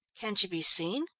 can she be seen?